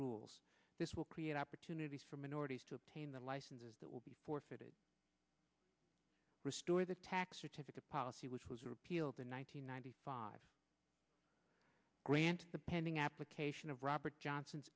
rules this will create opportunities for minorities to obtain the licenses that will be forfeited restore the tax certificate policy which was repealed in one thousand nine hundred five grant the pending application of robert johnson's